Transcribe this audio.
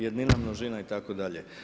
Jednina, množina itd.